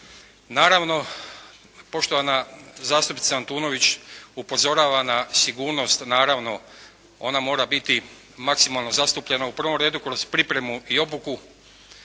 Naravno, poštovana zastupnica Antunović upozorava na sigurnost, naravno, ona mora biti maksimalno zastupljena, u prvom redu kroz pripremu i obuku